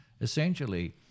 Essentially